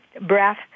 breath